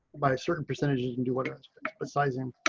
by a certain percentage you can do what else besides him.